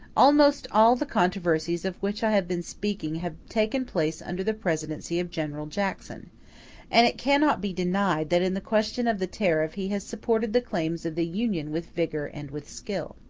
almost all the controversies of which i have been speaking have taken place under the presidency of general jackson and it cannot be denied that in the question of the tariff he has supported the claims of the union with vigor and with skill.